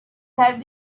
have